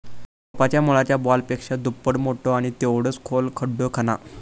रोपाच्या मुळाच्या बॉलपेक्षा दुप्पट मोठो आणि तेवढोच खोल खड्डो खणा